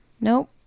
Nope